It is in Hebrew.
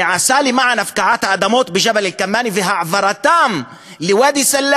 שעשה למען הפקעת האדמות בג'בל-אל-כמאנה והעברתם לוואדי-סלאמה,